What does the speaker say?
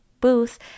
booth